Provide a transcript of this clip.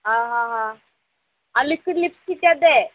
ହଁ ହଁ ହଁ ଆଉ ଲିକ୍ୟୁଇଡ଼୍ ଲିପ୍ଷ୍ଟିକ୍ଟା ଦେ